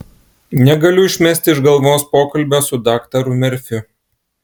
negaliu išmesti iš galvos pokalbio su daktaru merfiu